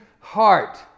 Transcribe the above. heart